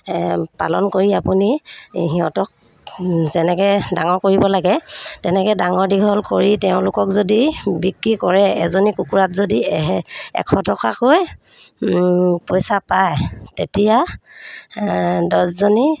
পালন কৰি আপুনি সিহঁতক যেনেকৈ ডাঙৰ কৰিব লাগে তেনেকৈ ডাঙৰ দীঘল কৰি তেওঁলোকক যদি বিক্ৰী কৰে এজনী কুকুৰাত যদি এশ টকাকৈ পইচা পায় তেতিয়া দহজনী